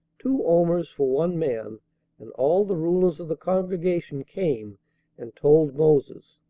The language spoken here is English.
two omers for one man and all the rulers of the congregation came and told moses.